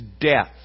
death